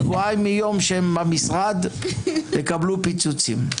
שבועיים מיום שהם במשרד תקבלו פיצוצים.